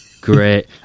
Great